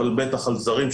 אבל בטח על זרים,